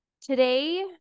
Today